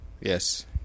Yes